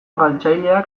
galtzaileak